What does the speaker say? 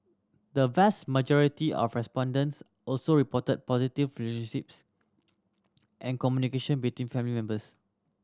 the vast majority of respondents also reported positive relationships and communication between family members